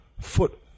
foot